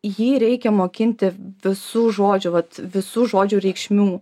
jį reikia mokinti visų žodžių vat visų žodžių reikšmių